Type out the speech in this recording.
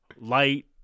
light